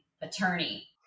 attorney